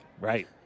right